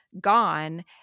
gone